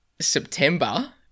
September